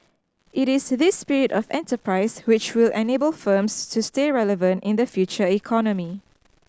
it is this spirit of enterprise which will enable firms to stay relevant in the future economy